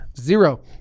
zero